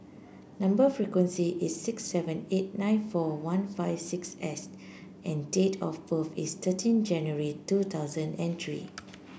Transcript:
number sequence is six seven eight nine four one five six S and date of birth is thirteen January two thousand and three